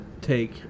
take